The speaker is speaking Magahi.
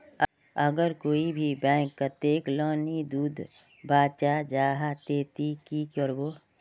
अगर कोई भी बैंक कतेक लोन नी दूध बा चाँ जाहा ते ती की करबो?